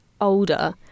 older